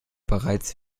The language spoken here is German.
bereits